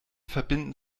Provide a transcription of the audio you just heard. verbinden